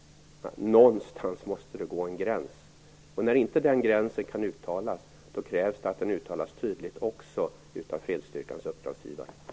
Någonstans måste det gå en gräns! När inte den gränsen markeras krävs det att det påtalas tydligt också av fredsstyrkans uppdragsgivare.